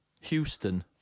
Houston